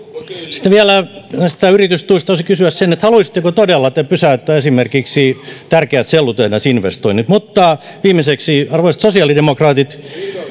sitten vielä näistä yritystuista voisin kysyä haluaisitteko todella pysäyttää esimerkiksi tärkeät sellutehdasinvestoinnit viimeiseksi arvoisat sosiaalidemokraatit